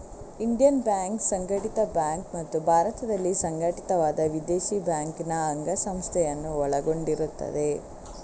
Indian banks ಸಂಘಟಿತ bank ಮತ್ತು ಭಾರತದಲ್ಲಿ ಸಂಘಟಿತವಾದ ವಿದೇಶಿ ಬ್ಯಾಂಕಿನ ಅಂಗಸಂಸ್ಥೆಯನ್ನು ಒಳಗೊಂಡಿರುತ್ತದೆ